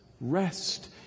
rest